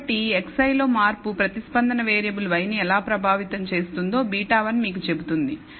కాబట్టి xi లో మార్పు ప్రతిస్పందన వేరియబుల్ y ని ఎలా ప్రభావితం చేస్తుందో β1 మీకు చెబుతుంది